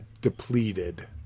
depleted